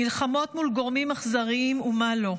מלחמות מול גורמים אכזריים ומה לא.